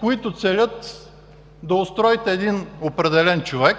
които целят да устроите един определен човек